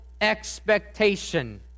expectation